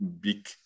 big